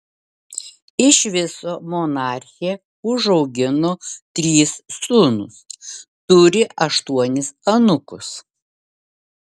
iš viso monarchė užaugino tris sūnus turi aštuonis anūkus